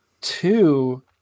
two